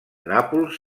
nàpols